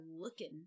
looking